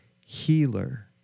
healer